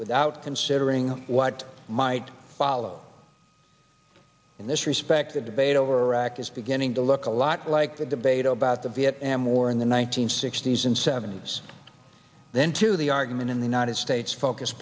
without considering what might follow in this respect the debate over iraq is beginning to look a lot like the debate about the vietnam war in the one nine hundred sixty s and seventy's then to the argument in the united states focus